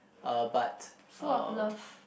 uh but uh